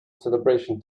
celebration